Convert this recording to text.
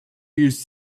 use